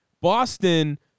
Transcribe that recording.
Boston